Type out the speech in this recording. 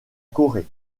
corée